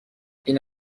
این